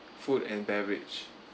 food and beverage